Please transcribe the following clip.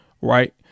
Right